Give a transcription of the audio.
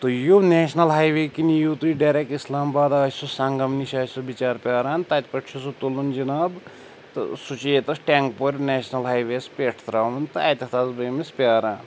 تُہۍ یِیِو national highway کِنۍ یِیِو تُہۍ ڈایریٚکٹ اِسلام آباد آسہِ سُہ سنٛگَم نِش آسہِ سُہ بِچارٕ پیٛاران تَتہِ پٮ۪ٹھ چھُ سُہ تُلُن جناب تہٕ سُہ چھُ ییٚتیٚس ٹیٚنٛگہٕ پورِ نیشنَل ہاے وے یَس پٮ۪ٹھ ترٛاوُن تہٕ اَتیٚتھ آسہٕ بہٕ أمِس پیٛاران